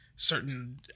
Certain